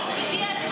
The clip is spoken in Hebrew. הדרך,